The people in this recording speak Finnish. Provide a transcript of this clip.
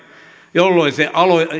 jolloin se